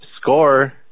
score